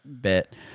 bit